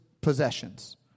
possessions